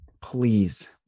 Please